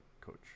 coach